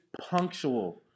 punctual